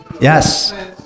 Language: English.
yes